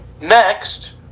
Next